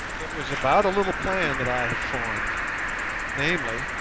it was about a little plan that i have formed namely,